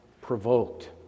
provoked